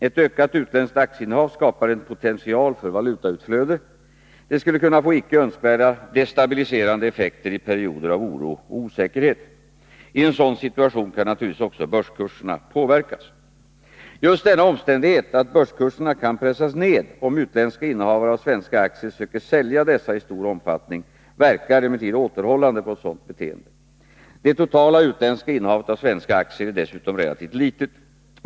Ett ökat utländskt aktieinnehav skapar en potential för valutautflöde. Det skulle kunna få icke önskvärda destabiliserande effekter i perioder av oro och osäkerhet. I en sådan situation kan naturligtvis också börskurserna påverkas. Just denna omständighet, att börskurserna kan pressas ned, om utländska innehavare av svenska aktier söker sälja dessa i stor omfattning, verkar emellertid återhållande på ett sådant beteende. Det totala utländska innehavet av svenska aktier är dessutom relativt litet.